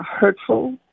hurtful